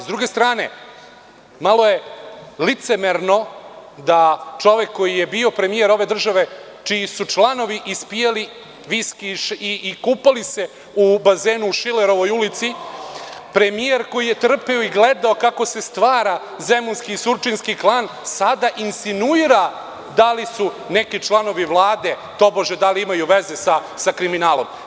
S druge strane, malo je licemerno da čovek koji je bio premijer ove države, čiji su članovi ispijali viski i kupali se u bazenu u Šilerovoj ulici, premijer koji je trpeo i gledao kako se stvara zemunski i surčinski klan, sada insinuira da li su neki članovi Vlade imali veze sa kriminalom.